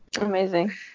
amazing